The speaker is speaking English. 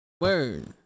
Word